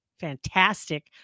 Fantastic